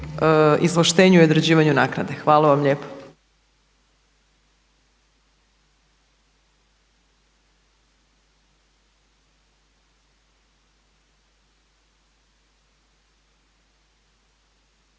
izvlaštenju i određivanju naknade. Hvala vam lijepo.